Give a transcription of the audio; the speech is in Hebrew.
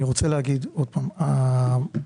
קודם כול,